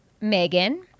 Megan